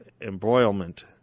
embroilment